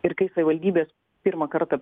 ir kai savivaldybės pirmą kartą